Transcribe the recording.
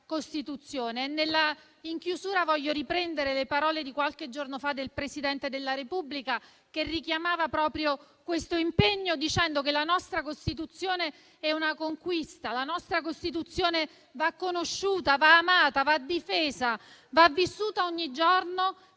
Costituzione. Voglio riprendere le parole di qualche giorno fa del Presidente della Repubblica, che ha richiamato proprio questo impegno dicendo che la nostra Costituzione è una conquista e va conosciuta, amata, difesa e vissuta ogni giorno